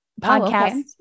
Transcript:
podcast